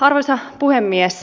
arvoisa puhemies